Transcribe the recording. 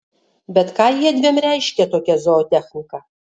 bet ką jiedviem reiškia tokia zootechnika